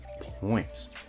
points